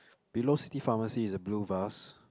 below city pharmacy is a blue vase